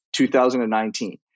2019